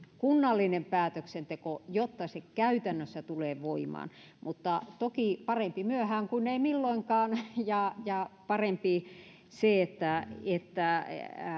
kunnallinen päätöksenteko jotta se käytännössä tulee voimaan mutta toki parempi myöhään kuin ei milloinkaan ja parempi se että että